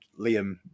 Liam